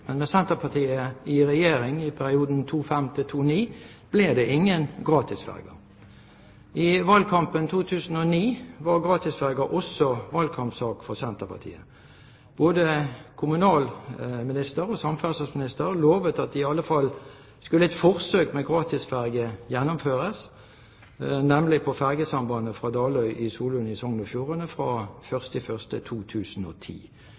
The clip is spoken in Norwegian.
men med Senterpartiet i regjering 2005–2009 ble det ingen gratisferjer. I valgkampen 2009 var gratisferjer også valgkampsak for Senterpartiet. Både kommunal- og regionalministeren og samferdselsministeren lovet at i alle fall skulle et forsøk med gratisferje gjennomføres, nemlig på ferjesambandet fra Daløy i Solund i Sogn og Fjordane fra 1. januar 2010.